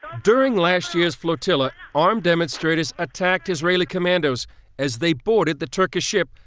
during last year's flotilla armed demonstrators attacked israeli commandos as they boarded the turkish ship,